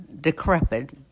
decrepit